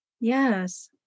Yes